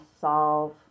solve